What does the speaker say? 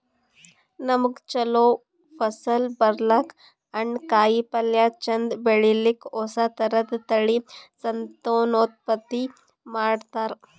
ನಮ್ಗ್ ಛಲೋ ಫಸಲ್ ಬರ್ಲಕ್ಕ್, ಹಣ್ಣ್, ಕಾಯಿಪಲ್ಯ ಚಂದ್ ಬೆಳಿಲಿಕ್ಕ್ ಹೊಸ ಥರದ್ ತಳಿ ಸಂತಾನೋತ್ಪತ್ತಿ ಮಾಡ್ತರ್